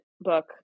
book